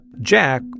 Jack